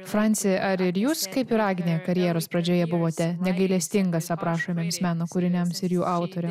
franci ar ir jūs kaip ir agnė karjeros pradžioje buvote negailestingas aprašomiems meno kūriniams ir jų autoriam